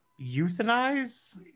euthanize